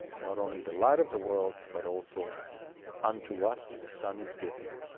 not only the light of the world, but also unto us a son is given,